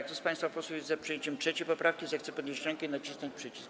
Kto z państwa posłów jest za przyjęciem 3. poprawki, zechce podnieść rękę i nacisnąć przycisk.